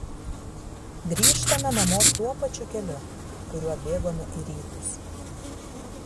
grįžtame namo tuo pačiu keliu kuriuo bėgome į rytus